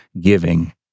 giving